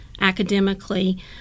academically